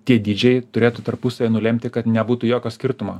tie dydžiai turėtų tarpusavy nulemti kad nebūtų jokio skirtumo